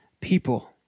people